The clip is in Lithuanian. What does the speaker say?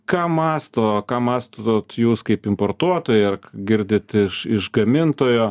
ką mąsto ką mąstot jūs kaip importuotojai ar girdit iš iš gamintojo